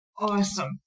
Awesome